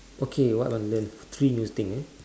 okay what I want learn three new thing uh